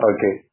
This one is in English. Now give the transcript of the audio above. Okay